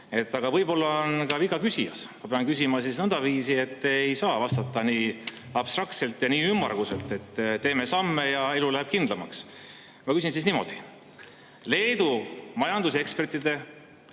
aga võib-olla on ka viga küsijas. Ma pean küsima siis nõndaviisi, et [te] ei saaks vastata nii abstraktselt ja ümmarguselt, et teeme samme ja elu läheb kindlamaks. Ma küsin siis niimoodi – Leedu majandusekspertide